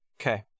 Okay